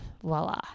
voila